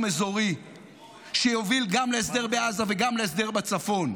אזורי שיוביל גם להסדר בעזה וגם להסדר בצפון.